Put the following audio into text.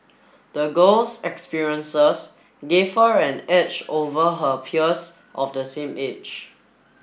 the girl's experiences gave her an edge over her peers of the same age